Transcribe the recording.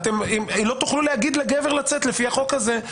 לא תוכלו להגיד לגבר לצאת לפי החוק הזה,